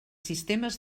sistemes